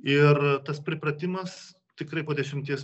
ir tas pripratimas tikrai po dešimties